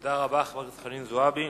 תודה רבה, חברת הכנסת חנין זועבי.